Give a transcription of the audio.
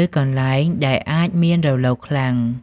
ឬកន្លែងដែលអាចមានរលកខ្លាំង។